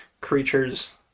creatures